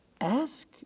Ask